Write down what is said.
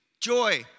Joy